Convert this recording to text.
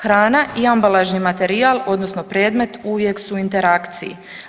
Hrana i ambalažni materijal odnosno predmet uvijek su u interakciji.